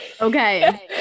okay